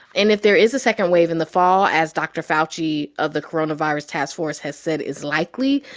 and if there is a second wave in the fall as dr. fauci of the coronavirus task force has said is likely,